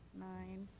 nine.